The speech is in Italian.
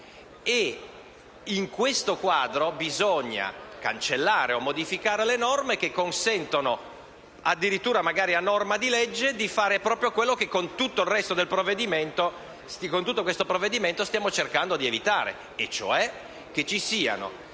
in questo quadro è necessario cancellare o modificare le norme che consentono, addirittura magari a norma di legge, di fare proprio quello che con questo provvedimento stiamo cercando di evitare, e cioè che ci siano